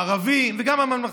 הערבים וגם הממלכתי.